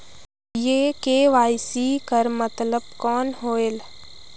ये के.वाई.सी कर मतलब कौन होएल?